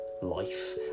Life